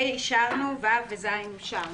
את סעיפים קטנים (ה), (ו) ו-(ז) אישרנו.